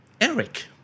eric